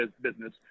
business